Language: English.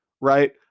right